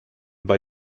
bei